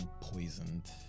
poisoned